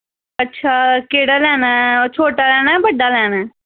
अच्छा केह्ड़ा लैना ऐ छोटा लैना जां बड्डा लैना ऐ